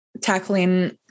tackling